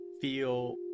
feel